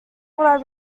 what